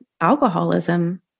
alcoholism